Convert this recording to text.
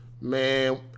Man